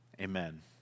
Amen